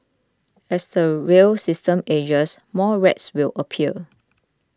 as the rail system ages more rats will appear